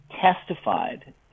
testified